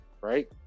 right